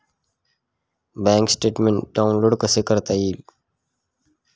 Bank statement download कसे करता येईल?